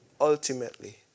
ultimately